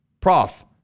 Prof